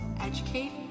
educate